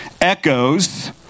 echoes